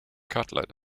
cutlet